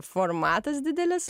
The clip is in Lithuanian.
formatas didelis